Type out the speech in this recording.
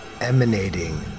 emanating